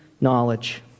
knowledge